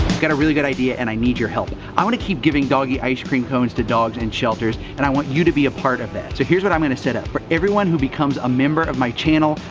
got a really good idea and i need your help. i wanna keep giving doggy ice-cream cones to dogs in shelters and i want you to be a part of it. so here's what i'm gonna set up. for everyone who becomes a member of my channel,